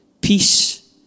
Peace